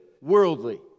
worldly